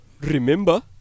Remember